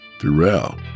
Throughout